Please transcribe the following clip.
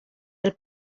del